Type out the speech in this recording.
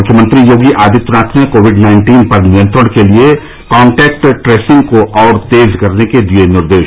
मुख्यमंत्री योगी आदित्यनाथ ने COVID nineteen पर नियंत्रण के लिए कांटैक्ट ट्रेसिंग को और तेज करने के दिये निर्देश